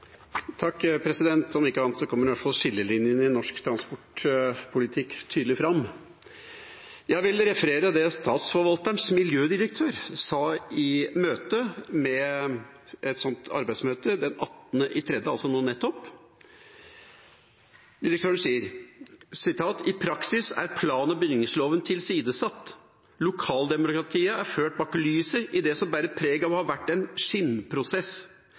ikke annet så kommer i hvert fall skillelinjene i norsk transportpolitikk tydelig fram. Jeg vil referere det Statsforvalterens miljødirektør i Agder sa i et arbeidsmøte den 18. mars, altså nå nettopp: «I praksis er plan- og bygningsloven tilsidesatt. Lokaldemokratiet er ført bak lyset i det som bærer preg av å ha vært en skinnprosess.